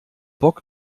bock